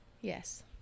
Yes